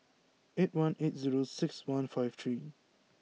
eight one eight zero six one five three